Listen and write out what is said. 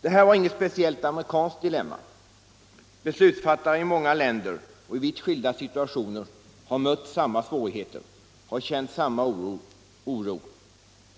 Det här var inget speciellt amerikanskt dilemma. Beslutsfattare i många länder och i vitt skilda situationer har mött samma svårigheter, har känt samma oro: